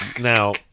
Now